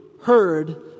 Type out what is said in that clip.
heard